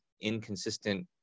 inconsistent